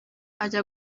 ajya